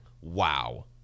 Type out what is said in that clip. wow